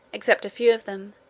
except a few of them,